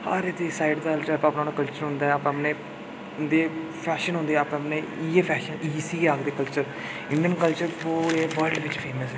हर side दा अपना अपना कल्चर होंदा अपने अपने होंदे फैशन होंदे अपने अपने इ'यै फैशन इसी गै आखदे कल्चर इंड़ियन कल्चर बल्ड बिच फेमस ऐ